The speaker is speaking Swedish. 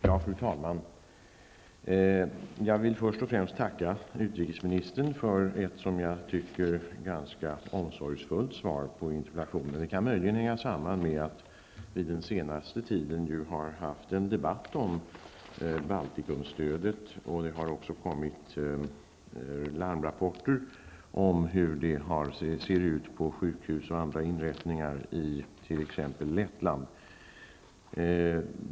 Fru talman! Jag vill först och främst tacka utrikesministern för ett ganska omsorgsfullt svar på min interpellation, vilket möjligen kan hänga samman med att vi under den senaste tiden har haft en debatt om Baltikumstödet. Det har också kommit larmrapporter om hur det ser ut på sjukhus och andra inrättningar i t.ex. Lettland.